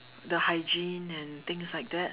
the hygiene and things like that